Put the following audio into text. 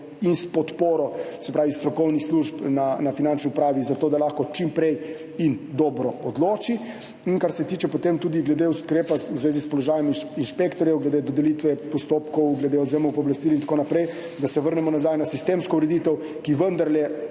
in s podporo strokovnih služb na Finančni upravi zato, da se lahko čim prej in dobro odloči. In kar se tiče potem tudi ukrepa v zvezi s položajem inšpektorjev glede dodelitve postopkov, glede odvzemov pooblastil in tako naprej, da se vrnemo nazaj na sistemsko ureditev, ki vendarle